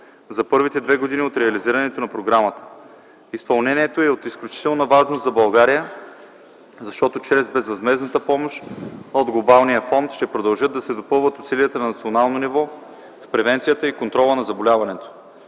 за първите две години от реализирането на програмата. Изпълнението й е от изключителна важност за България, защото чрез безвъзмездната помощ от Глобалния фонд ще продължат да се допълват усилията на национално ниво с превенцията и контрола на заболяването.